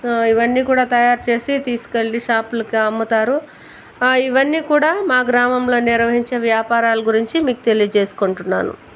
ఇవన్నీ కూడా తయారు చేసి తీసు కెళ్ళి షాపు లకు అమ్ముతారు ఇవన్నీ కూడా మా గ్రామంలో నిర్వహించే వ్యాపారాలు గురించి మీకు తెలియజేసుకుంటున్నాను